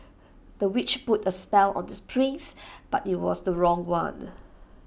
the witch put A spell on the prince but IT was the wrong one